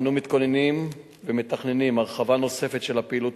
אנו מתכוננים ומתכננים הרחבה נוספת של הפעילות